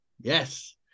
yes